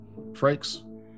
Frakes